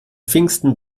pfingsten